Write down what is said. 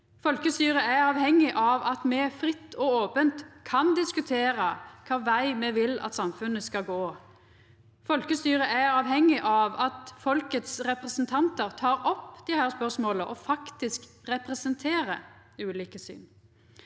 Folkestyret er avhengig av at me fritt og ope kan diskutera kva veg me vil at samfunnet skal gå. Folkestyret er avhengig av at folkets representantar tek opp desse spørsmåla og faktisk representerer ulike syn.